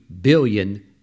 billion